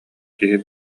киһи